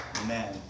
Amen